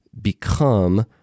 become